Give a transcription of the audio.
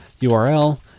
URL